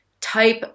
type